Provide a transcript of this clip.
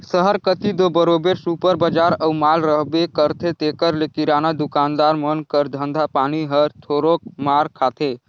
सहर कती दो बरोबेर सुपर बजार अउ माल रहबे करथे तेकर ले किराना दुकानदार मन कर धंधा पानी हर थोरोक मार खाथे